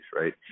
right